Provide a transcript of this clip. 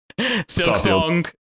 Silksong